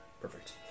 Perfect